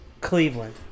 Cleveland